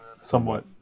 somewhat